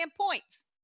points